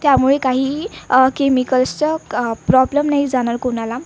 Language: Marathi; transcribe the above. त्यामुळे काहीही केमिकल्सचं प्रॉब्लम नाही जाणार कुणाला